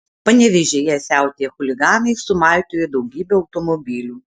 panevėžyje siautėję chuliganai sumaitojo daugybę automobilių